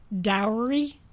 dowry